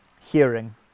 hearing